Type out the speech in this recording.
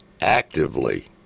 actively